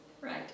Right